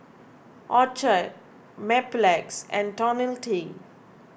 Accucheck Mepilex and Tonil T